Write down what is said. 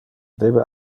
debe